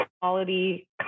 quality